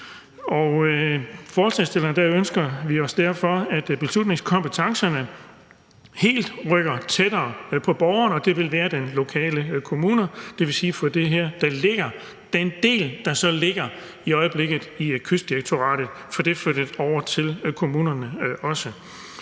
forslagsstillerne ønsker vi os derfor, at beslutningskompetencerne rykker helt tættere på borgerne, og det vil være den lokale kommune, og det vil sige at få den del, der så i øjeblikket ligger i Kystdirektoratet, flyttet over til kommunerne.